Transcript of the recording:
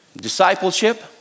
Discipleship